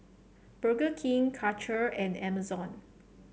Burger King Karcher and Amazon